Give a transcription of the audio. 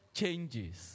changes